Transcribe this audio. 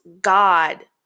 God